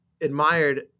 admired